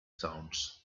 sounds